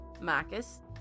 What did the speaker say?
Marcus